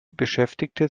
beschäftigte